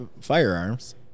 firearms